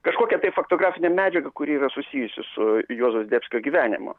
kažkokią tai fotografinę medžiagą kuri yra susijusi su juozo zdebskio gyvenimu